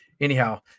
Anyhow